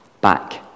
back